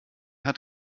hat